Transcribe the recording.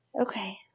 Okay